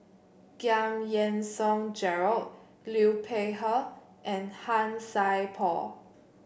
Giam Yean Song Gerald Liu Peihe and Han Sai Por